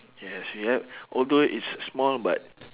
yes it like although it's small but